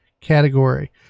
category